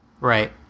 Right